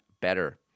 better